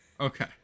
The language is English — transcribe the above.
okay